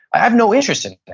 i have no interest in that.